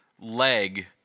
leg